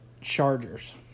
Chargers